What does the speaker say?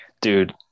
Dude